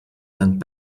and